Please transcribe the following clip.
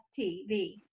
tv